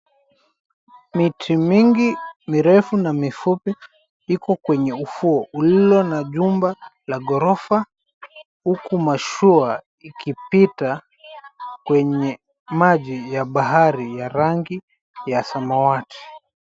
Miti mingi mirefu na mifupi iko kwenye ufuo ulio na jumba la gorofa, huku mashua ikipita kwenye maji ya bahari ya rangi ya samawati.